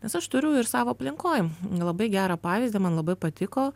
nes aš turiu ir savo aplinkoj labai gerą pavyzdį man labai patiko